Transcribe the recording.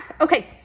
okay